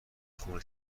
خون